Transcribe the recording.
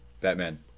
Batman